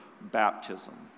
baptism